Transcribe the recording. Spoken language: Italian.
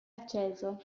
acceso